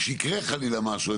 כשיקרה חלילה משהו,